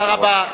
תודה רבה.